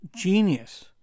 genius